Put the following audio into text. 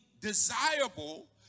desirable